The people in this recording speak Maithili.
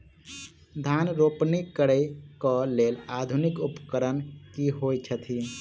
धान रोपनी करै कऽ लेल आधुनिक उपकरण की होइ छथि?